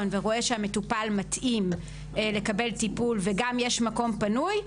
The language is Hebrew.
ורואה שהמטופל מתאים לקבל טיפול וגם יש מקום פנוי,